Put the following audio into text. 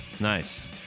Nice